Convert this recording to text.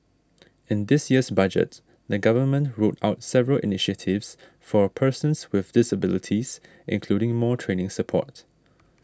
in this year's Budget the Government rolled out several initiatives for persons with disabilities including more training support